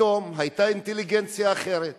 פתאום היתה אינטליגנציה אחרת.